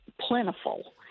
plentiful